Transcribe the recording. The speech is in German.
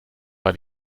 war